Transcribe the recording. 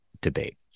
debate